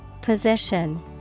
Position